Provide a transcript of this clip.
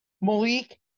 Malik